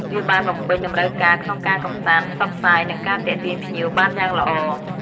វាបានបំពេញតម្រូវការក្នុងការកម្សាន្ត ផ្សព្វផ្សាយ និងការទាក់ទាញភ្ញៀវបានយ៉ាងល្អ។